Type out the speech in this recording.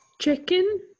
Chicken